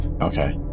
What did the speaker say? okay